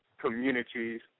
communities